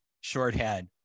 shorthand